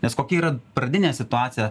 nes kokia yra pradinė situacija